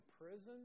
prison